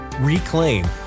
reclaim